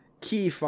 key